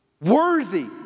Worthy